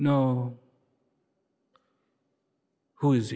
no who is